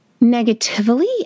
negatively